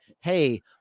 hey